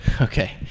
Okay